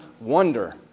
wonder